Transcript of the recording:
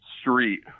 street